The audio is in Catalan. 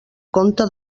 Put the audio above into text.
conte